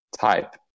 type